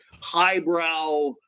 highbrow